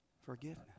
forgiveness